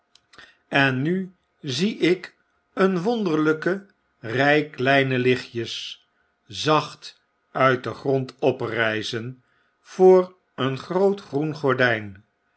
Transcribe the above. en nu zie ik een wonderlpe ry kleine lichtjes zacht uit den grond oprijzen voor een groot groen gordyn